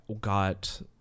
got